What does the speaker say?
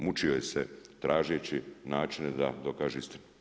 Muči joj se tražeći načine da dokaže istinu.